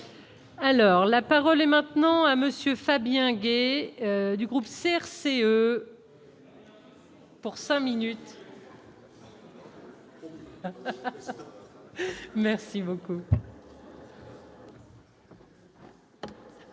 Alors la parole est maintenant à monsieur Fabien Gay du groupe CRC. Pour 5 minutes. Merci beaucoup.